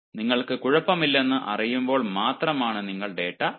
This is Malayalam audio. നിങ്ങൾക്ക് കുഴപ്പമില്ലെന്ന് അറിയുമ്പോൾ മാത്രമാണ് നിങ്ങൾ ഡാറ്റ ശേഖരിക്കുന്നത്